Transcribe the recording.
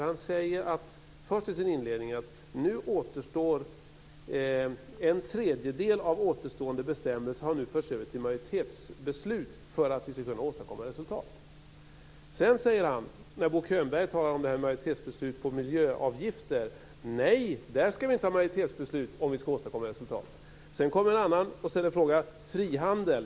Han sade först i sin inledning att en tredjedel av återstående bestämmelser nu har förts över till majoritetsbeslut för att vi ska kunna åstadkomma resultat. Sedan säger han när Bo Könberg tar upp frågan om majoritetsbeslut om miljöavgifter: Nej, där ska vi inte ha majoritetsbeslut om vi ska åstadkomma resultat. Därefter ställer en annan talare en fråga om frihandel.